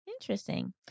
Interesting